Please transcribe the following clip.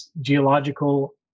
geological